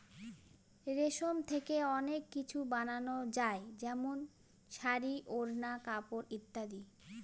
রেশম থেকে অনেক কিছু বানানো যায় যেমন শাড়ী, ওড়না, কাপড় ইত্যাদি